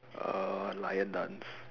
uh lion dance